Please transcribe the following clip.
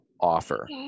offer